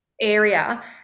area